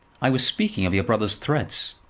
i was speaking of your brother's threats.